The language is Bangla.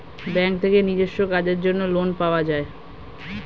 ব্যাঙ্ক থেকে নিজস্ব কাজের জন্য লোন পাওয়া যায়